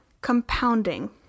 compounding